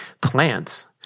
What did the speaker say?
plants